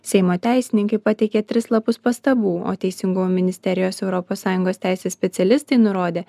seimo teisininkai pateikė tris lapus pastabų o teisingumo ministerijos europos sąjungos teisės specialistai nurodė